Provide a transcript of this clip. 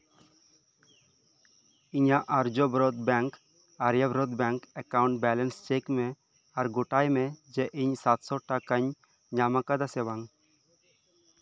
ᱤᱧᱟᱜ ᱟᱨᱡᱚ ᱵᱚᱨᱚᱛ bank Aryavart bank account balance check ᱢᱮ ᱟᱨ ᱜᱳᱴᱟᱭᱢᱮ ᱤᱧ ᱥᱟᱛ ᱥᱚ ᱴᱟᱠᱟᱧ ᱧᱟᱢ ᱟᱠᱟᱫᱟ ᱥᱮ ᱵᱟᱝ